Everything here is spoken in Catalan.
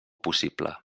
possible